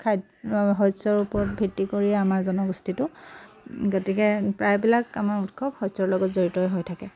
খাইদ্ শস্যৰ ওপৰত ভিত্তি কৰিয়ে আমাৰ জনগোষ্ঠীটো গতিকে প্ৰায়বিলাক আমাৰ উৎসৱ শস্যৰ লগত জড়িতই হৈ থাকে